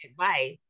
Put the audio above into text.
advice